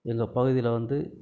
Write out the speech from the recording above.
எங்கள் பகுதியில் வந்து